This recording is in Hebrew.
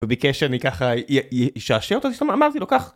וביקש שאני ככה אשעשע אותו, אז אמרתי לו קח.